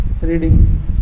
reading